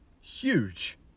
Huge